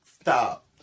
Stop